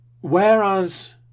Whereas